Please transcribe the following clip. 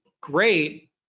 great